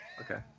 Okay